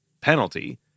penalty